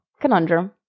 Conundrum